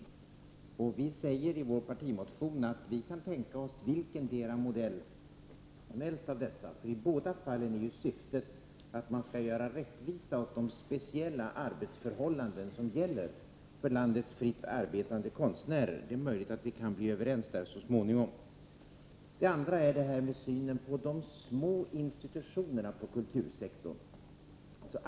Vi i folkpartiet säger i vår partimotion att vi kan tänka oss vilken som helst av dessa modeller. I båda fallen är nämligen syftet att man skall göra rättvisa åt de speciella arbetsförhållanden som gäller för landets fritt arbetande konstnärer. Det är möjligt att vi så småningom kan bli överens om detta. Den andra saken rör synen på de små instutionerna inom kultursektorn.